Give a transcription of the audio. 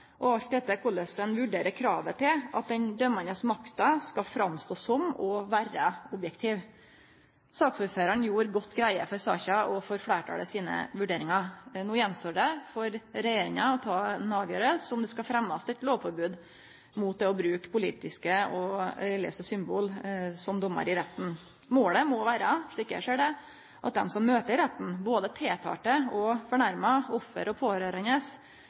og alt etter korleis ein vurderer kravet til at den dømmande makta skal stå fram som og vere objektiv. Saksordføraren gjorde godt greie for saka og for fleirtalets vurderingar. No gjenstår det for regjeringa å avgjere om det skal fremmast eit lovforbod mot å bruke politiske og religiøse symbol for dommarar i retten. Målet må vere, slik eg ser det, at dei som møter i retten, både tiltalde, fornærma, offer og pårørande,